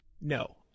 No